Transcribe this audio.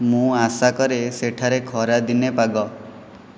ମୁଁ ଆଶା କରେ ସେଠାରେ ଖରାଦିନେ ପାଗ